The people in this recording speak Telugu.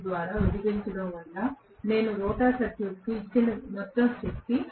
02 ద్వారా విభజించడం నేను రోటర్ సర్క్యూట్ ఇచ్చిన మొత్తం శక్తి